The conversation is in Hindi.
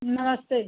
नमस्ते